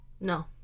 No